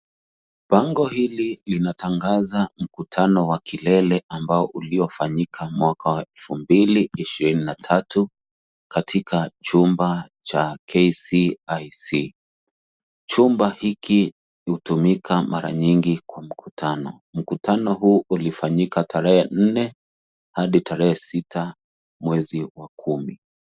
Bango hili linatangaza mkutano wa kilele ambao uliofanyika mwaka wa elfu mbili, ishirini na tatu, katika chumba cha KCIC . Chumba hiki hutumika mara nyingi kwa mkutano. Mkutano huu ulifanyika tarehe nne hadi tarehe sita mwezi wa kumi.